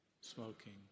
Smoking